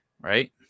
Right